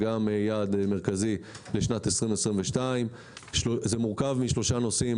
זה גם יעד מרכזי לשנת 2022. זה מורכב מ-3 מושאים,